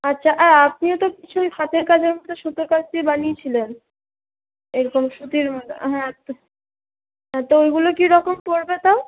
আচ্ছা আর আপনিও তো কিছু ঐ হাতের কাজের মধ্যে সুতোর কাজ দিয়ে বানিয়েছিলেন এরকম সুতির মতন হ্যাঁ তো ওইগুলো কিরকম পড়বে তাও